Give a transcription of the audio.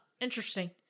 Interesting